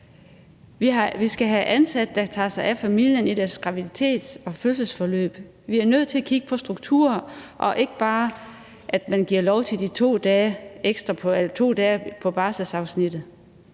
Vi skal have ansatte, der tager sig af familien i deres graviditet og fødselsforløb. Vi er nødt til at kigge på strukturer og ikke bare give lov til de 2 dage på barselsafsnittet.